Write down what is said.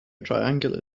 triangular